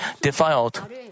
defiled